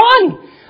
one